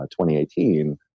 2018